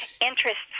interests